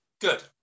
good